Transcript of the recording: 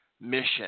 mission